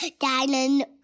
diamond